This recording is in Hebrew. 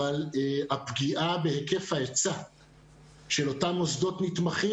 אבל הפגיעה בהיקף ההיצע של אותם מוסדות נתמכים